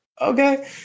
Okay